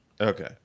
Okay